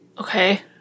Okay